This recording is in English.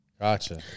Gotcha